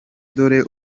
dore